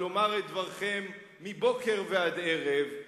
לומר את דברכם מבוקר ועד ערב,